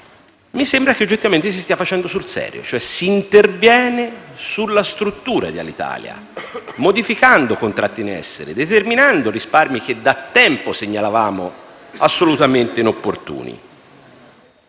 mi sembra che oggettivamente si stia facendo sul serio, cioè si interviene sulla struttura di Alitalia, modificando i contratti in essere e determinando risparmi che da tempo segnalavamo assolutamente opportuni.